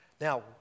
Now